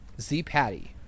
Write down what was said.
Z-Patty